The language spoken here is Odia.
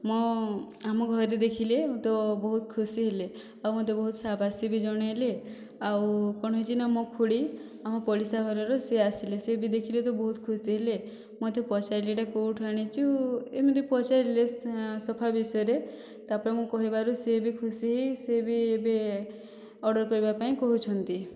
ମୁଁ ଆମ ଘରେ ଦେଖିଲେ ତ ବହୁତ ଖୁସି ହେଲେ ଆଉ ମୋତେ ବହୁତ ସବାସୀ ବି ଜଣେଇଲେ ଆଉ କଣ ହୋଇଛି ନା ମୋ ଖୁଡ଼ୀ ଆମ ପଡ଼ିଶା ଘରର ସେ ଆସିଲେ ସେ ବି ଦେଖିଲେ ତ ବହୁତ ଖୁସି ହେଲେ ମୋତେ ପଚାରିଲେ ଏଇଟା କେଉଁଠୁ ଆଣିଛୁ ଏମିତି ପଚାରିଲେ ସୋଫା ବିଷୟରେ ତାପରେ ମୁଁ କହିବାରୁ ସେ ବି ଖୁସି ହୋଇ ସେ ବି ଏବେ ଅର୍ଡ଼ର କରିବା ପାଇଁ କହୁଛନ୍ତି